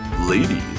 Ladies